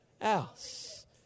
else